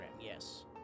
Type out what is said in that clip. yes